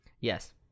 Yes